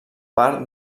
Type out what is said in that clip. part